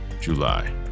july